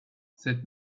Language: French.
cette